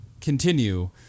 continue